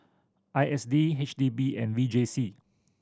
I S D H D B and V J C